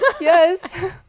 Yes